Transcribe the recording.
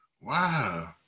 Wow